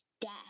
death